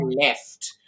left